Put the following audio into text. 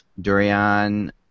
Durian